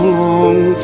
long